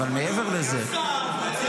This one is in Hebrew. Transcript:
אבל מעבר לזה --- הוא שר עבריין.